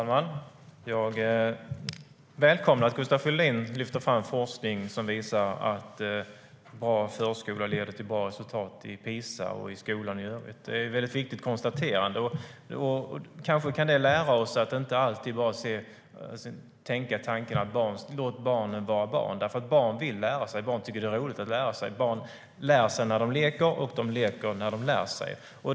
Herr talman! Jag välkomnar att Gustav Fridolin lyfter fram forskning som visar att en bra förskola leder till goda resultat i PISA och i skolan i övrigt. Det är ett viktigt konstaterande. Kanske kan det lära oss att inte alltid bara tänka tanken "låt barn vara barn", för barn vill lära sig. Barn tycker att det är roligt att lära sig. Barn lär sig när de leker, och de leker när de lär sig.